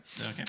Okay